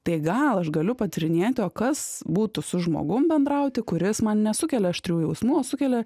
tai gal aš galiu patyrinėti o kas būtų su žmogum bendrauti kuris man nesukelia aštrių jausmų o sukelia